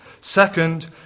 Second